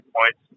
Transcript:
points